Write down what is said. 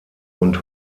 und